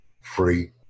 Free